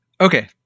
Okay